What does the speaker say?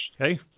Okay